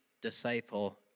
disciple